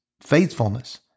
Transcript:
faithfulness